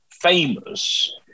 famous